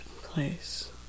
place